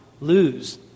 lose